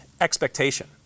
expectation